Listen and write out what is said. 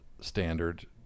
standard